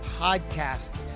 Podcast